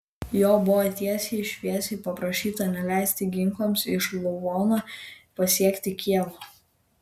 jo buvo tiesiai šviesiai paprašyta neleisti ginklams iš lvovo pasiekti kijevo